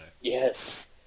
Yes